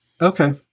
Okay